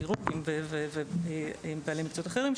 כירורגים ובעלי מקצועות אחרים,